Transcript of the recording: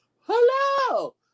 hello